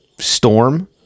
Storm